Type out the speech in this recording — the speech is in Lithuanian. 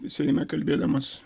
seime kalbėdamas